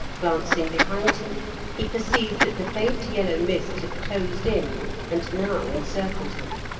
glancing behind him he perceived that the faint yellow mist had closed in and now encircled him.